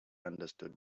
understood